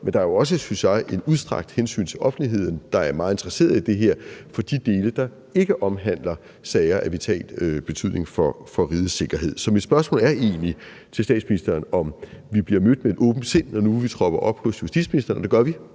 synes jeg, også et udstrakt hensyn til offentligheden, der er meget interesseret i det her, når det drejer sig om de dele, der ikke omhandler sager af vital betydning for rigets sikkerhed. Så mit spørgsmål til statsministeren er egentlig, om vi bliver mødt med et åbent sind, når vi nu tropper op hos justitsministeren, og det gør vi